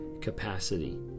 capacity